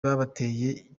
babateye